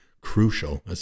crucial